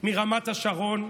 מרמת השרון.